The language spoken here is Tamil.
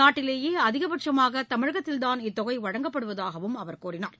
நாட்டிலேயேஅதிகபட்சமாகதமிழகத்தில்தான் இத்தொகைவழங்கப்படுவதாகவும் அவர் கூறினார்